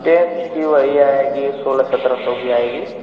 tenth की वही आएगी सोलह सत्रह सौ की आएगी